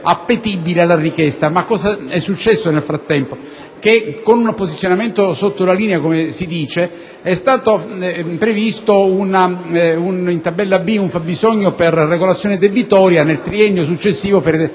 appetibile la richiesta. Nel frattempo, però, è accaduto che con posizionamento sotto la linea, come si dice, è stato previsto in tabella B un fabbisogno per regolazione debitoria nel triennio successivo per